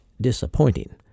disappointing